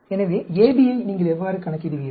எனவே AB ஐ நீங்கள் எவ்வாறு கணக்கிடுவீர்கள்